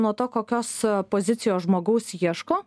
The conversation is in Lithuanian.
nuo to kokios pozicijos žmogaus ieško